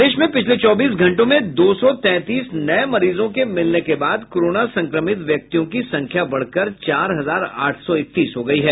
प्रदेश में पिछले चौबीस घंटों में दो सौ तैंतीस नये मरीजों के मिलने के बाद कोरोना संक्रमित व्यक्तियों की संख्या बढ़कर चार हजार आठ सौ इकतीस हो गयी है